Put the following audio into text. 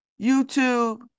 YouTube